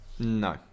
no